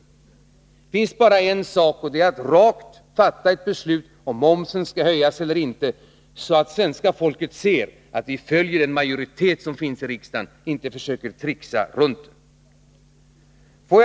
Det finns — m.m. bara en sak att göra — att rakt fatta ett beslut om momsen skall höjas eller inte, så att svenska folket ser att vi följer den majoritet som finns i riksdagen och inte försöker tricksa runt den.